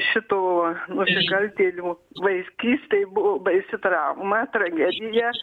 šituo nusikaltėlių vaiskystėj buvo baisi trauma tragedija